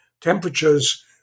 temperatures